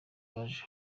baje